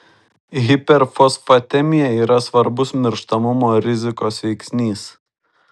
hiperfosfatemija yra svarbus mirštamumo rizikos veiksnys